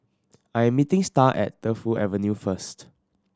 I am meeting Star at Defu Avenue first